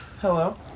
Hello